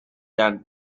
than